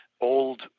old